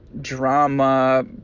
drama